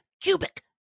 Cubic